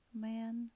man